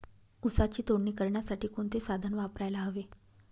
ऊसाची तोडणी करण्यासाठी कोणते साधन वापरायला हवे?